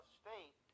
state